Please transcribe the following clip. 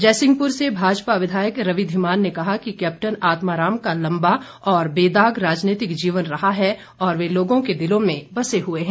जयसिंहपुर से भाजपा विधायक रवि धीमान ने कहा कि कैप्टन आत्मा राम का लम्बा व बेदाग राजनीतिक जीवन रहा है और वे लोगों के दिलों में बसे हुए हैं